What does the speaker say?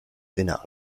finale